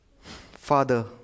Father